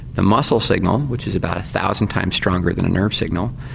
the muscle signal which is about a thousand times stronger than a nerve signal,